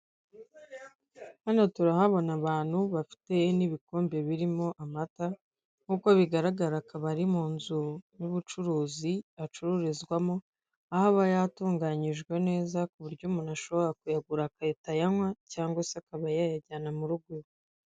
Hano turahabona abantu bafite n'ibikombe birimo amata nku'uko bigaragara akaba ari mu nzu y'ubucuruzi acururizwamo aho aba yatunganyijwe neza ku buryo umuntu ashobora kuyagura agahita ayanywa cyangwa se akaba yayajyana mu rugo rwe.